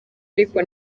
ariko